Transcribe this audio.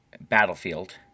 battlefield